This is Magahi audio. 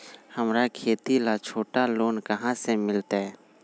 हमरा खेती ला छोटा लोने कहाँ से मिलतै?